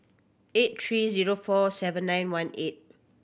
eight three zero four seven nine one eight